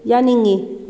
ꯌꯥꯅꯤꯡꯉꯤ